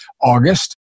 August